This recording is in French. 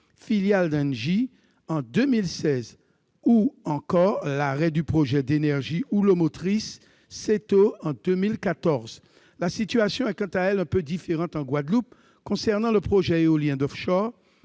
filiale d'Engie, en 2016, ou encore avec l'arrêt du projet d'énergie houlomotrice CETO en 2014. La situation est quant à elle un peu différente en Guadeloupe concernant le projet d'éolien offshore,